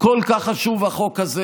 כל כך חשוב החוק הזה,